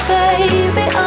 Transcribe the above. baby